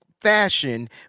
fashion